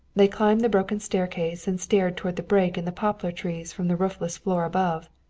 they climbed the broken staircase and stared toward the break in the poplar trees, from the roofless floor above.